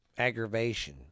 aggravation